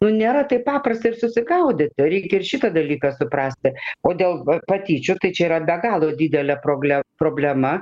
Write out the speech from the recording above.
nu nėra taip paprasta ir susigaudyti reik ir šitą dalyką suprasti o dėl patyčių tai čia yra be galo didelė proble problema